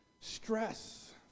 stress